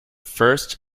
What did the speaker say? first